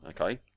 okay